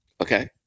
Okay